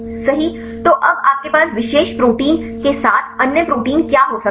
सही तो अब आपके पास विशेष प्रोटीन के साथ अन्य प्रोटीन क्या हो सकते हैं